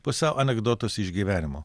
pusiau anekdotus iš gyvenimo